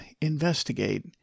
investigate